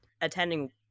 attending